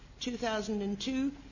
2002